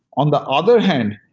on the other hand,